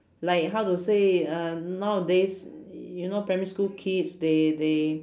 like how to say uh nowadays you know primary school kids they they